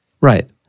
Right